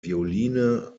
violine